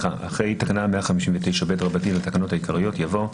תקנה 159ב לתקנות העיקריות יבוא: